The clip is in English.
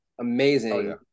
amazing